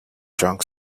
drank